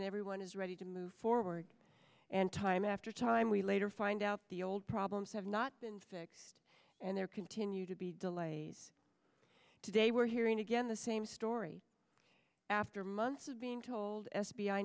and everyone is ready to move forward and time after time we later find out the old problems have not been fixed and there continue to be delays today we're hearing again the same story after months of being told f